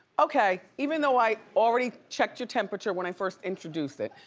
okay, even though i already checked your temperature when i first introduced it,